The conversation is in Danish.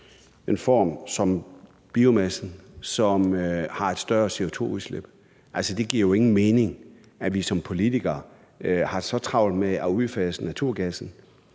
energiform som biomassen, som har et større CO2-udslip. Det giver jo ingen mening, at vi som politikere har så travlt med at udfase naturgassen,